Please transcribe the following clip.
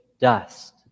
dust